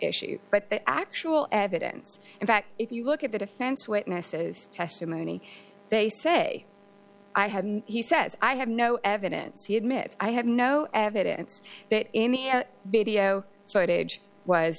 issue but the actual evidence in fact if you look at the defense witnesses testimony they say i have he says i have no evidence he admits i have no evidence that in the video so at age was